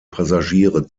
passagiere